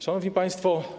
Szanowni Państwo!